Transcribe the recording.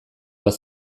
bat